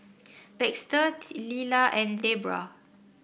Baxter Lilla and Debbra